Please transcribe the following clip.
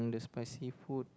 spicy food